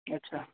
अच्छा